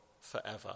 forever